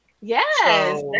Yes